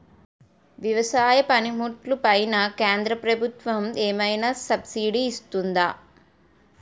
వ్యవసాయ పనిముట్లు పైన కేంద్రప్రభుత్వం ఏమైనా సబ్సిడీ ఇస్తుందా?